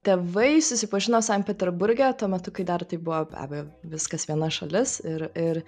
tėvai susipažino sankt peterburge tuo metu kai dar tai buvo be abejo viskas viena šalis ir ir